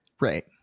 right